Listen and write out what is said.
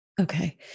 Okay